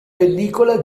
pellicola